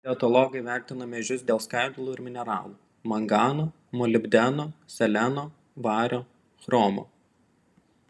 dietologai vertina miežius dėl skaidulų ir mineralų mangano molibdeno seleno vario chromo